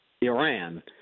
Iran